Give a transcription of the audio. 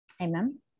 Amen